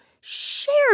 shared